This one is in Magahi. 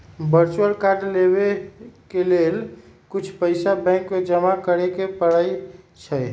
वर्चुअल कार्ड लेबेय के लेल कुछ पइसा बैंक में जमा करेके परै छै